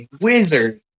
Wizard